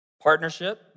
Partnership